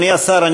אדוני השר,